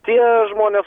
tie žmonės